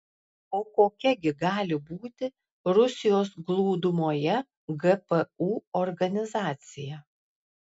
o kokia gi gali būti rusijos glūdumoje gpu organizacija